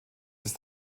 ist